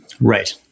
Right